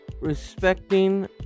Respecting